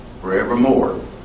Forevermore